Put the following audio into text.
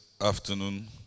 afternoon